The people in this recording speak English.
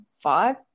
five